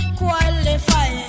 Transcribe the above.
qualify